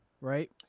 right